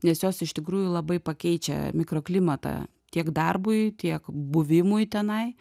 nes jos iš tikrųjų labai pakeičia mikroklimatą tiek darbui tiek buvimui tenai